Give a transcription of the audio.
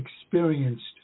experienced